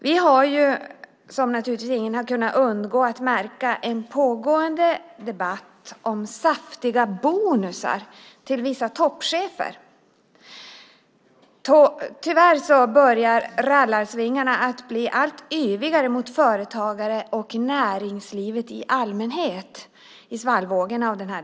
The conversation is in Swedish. Vi har ju, som naturligtvis ingen har kunnat undgå att märka, en pågående debatt om saftiga bonusar till vissa toppchefer. Tyvärr börjar rallarsvingarna bli allt yvigare mot företagare och näringslivet i allmänhet i svallvågen av debatten.